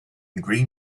green